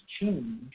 change